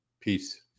peace